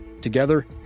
Together